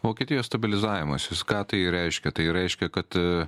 vokietijos stabilizavimasis ką tai reiškia tai reiškia kad